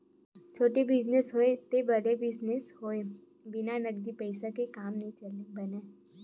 छोटे बिजनेस होवय ते बड़का बिजनेस होवय बिन नगदी पइसा के काम नइ बनय